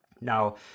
Now